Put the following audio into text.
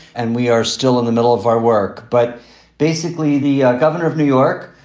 and we are still in the middle of our work. but basically, the ah governor of new york,